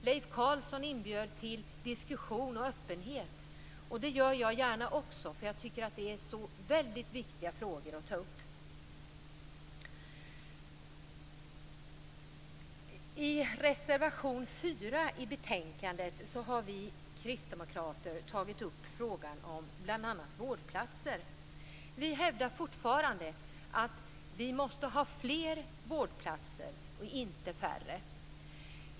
Leif Carlson inbjöd till diskussion och öppenhet, och det gör gärna jag också. Jag tycker att det här är så väldigt viktiga frågor att ta upp. I reservation 4 i betänkandet har vi kristdemokrater bl.a. tagit upp frågan om vårdplatser. Vi hävdar fortfarande att vi måste ha fler vårdplatser och inte färre.